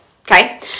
Okay